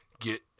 Get